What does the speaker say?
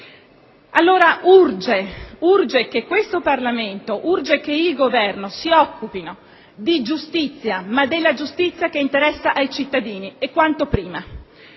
allora che questo Parlamento ed il Governo si occupino di giustizia, ma della giustizia che interessa ai cittadini, e quanto prima,